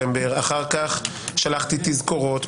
אחר כך שלחתי תזכורות,